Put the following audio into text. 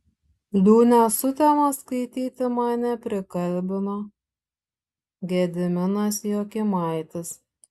liūnę sutemą skaityti mane prikalbino gediminas jokimaitis